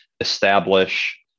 establish